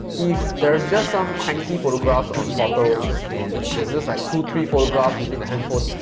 if there is just some cranky photographs on portals, and there's just like two three photographs using the handphone,